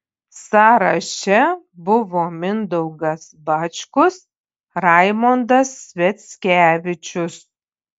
sąraše buvo mindaugas bačkus raimondas sviackevičius